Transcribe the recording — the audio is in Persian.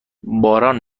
باران